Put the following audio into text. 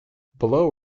below